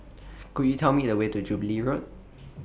Could YOU Tell Me The Way to Jubilee Road